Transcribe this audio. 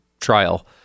trial